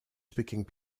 speaking